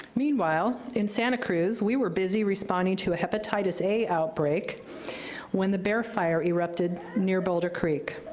meanwhile, in santa cruz, we were busy responding to a hepatitis a outbreak when the bear fire erupted near boulder creek.